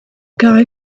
guy